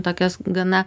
tokias gana